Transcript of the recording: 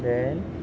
what else